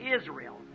Israel